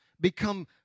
become